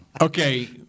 Okay